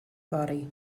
fory